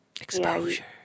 Exposure